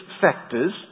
factors